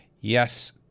Yes